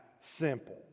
simple